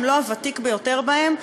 אם לא הוותיק ביותר בהם,